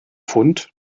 fund